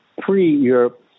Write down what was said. pre-Europe